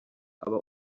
aba